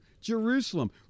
Jerusalem